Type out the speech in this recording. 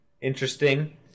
Interesting